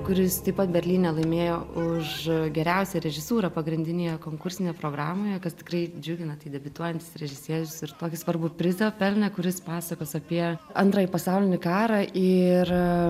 kuris taip pat berlyne laimėjo už geriausią režisūrą pagrindinėje konkursinėje programoje kas tikrai džiugina tai debiutuojantis režisierius ir tokį svarbų prizą pelnė kuris pasakos apie antrąjį pasaulinį karą ir